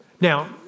Now